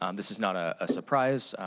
um this is not a ah surprise.